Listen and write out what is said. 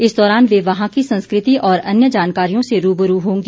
इस दौरान वे वहां की संस्कृति और अन्य जानकारियों से रूबरू होंगी